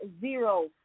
zero